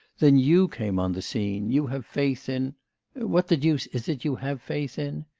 then you came on the scene, you have faith in what the deuce is it you have faith in.